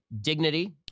dignity